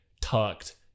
tucked